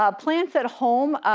um plants at home,